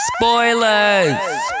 Spoilers